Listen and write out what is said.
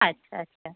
আচ্ছা আচ্ছা